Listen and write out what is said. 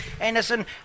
Ennison